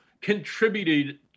contributed